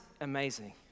amazing